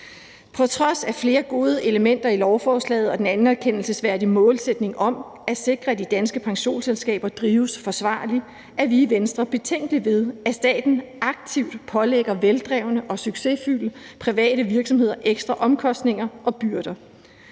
På trods af flere gode elementer i lovforslaget og den anerkendelsesværdige målsætning om at sikre, at de danske pensionsselskaber drives forsvarligt, er vi i Venstre betænkelige ved, at staten aktivt pålægger veldrevne og succesfulde private virksomheder ekstra omkostninger og byrder.